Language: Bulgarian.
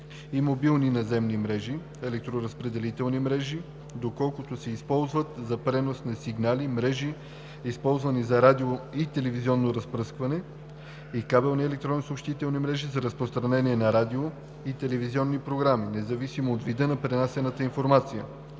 и мобилни наземни мрежи, електроразпределителни мрежи, доколкото се използват за пренос на сигнали, мрежи, използвани за радио- и телевизионно разпръскване, и кабелни електронни съобщителни мрежи за разпространение на радио- и телевизионни програми, независимо от вида на пренасяната информация.